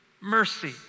mercy